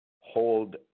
hold